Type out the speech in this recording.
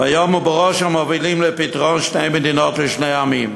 והיום הוא בראש המובילים לפתרון שתי מדינות לשני עמים.